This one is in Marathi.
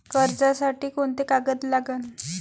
कर्जसाठी कोंते कागद लागन?